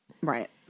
Right